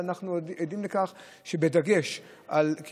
ואנחנו עדים לכך שבדגש על תאונות אופנועים,